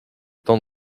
temps